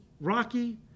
rocky